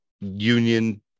union